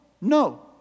no